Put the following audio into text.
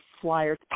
flyer